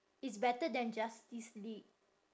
it's better than justice league